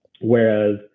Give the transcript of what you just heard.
whereas